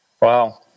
Wow